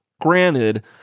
Granted